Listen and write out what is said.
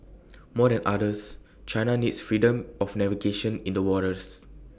more than others China needs freedom of navigation in the waters